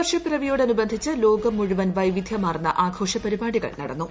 പുതുവർഷപ്പിറവിയോടനുബന്ധിച്ച് ലോകം മുഴുവൻ വൈവിധ്യമാർന്ന ആഘോഷപരിപാടികൾ നടന്നു